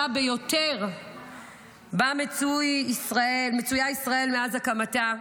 ביותר שבה מצויה ישראל מאז הקמתה,